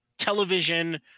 Television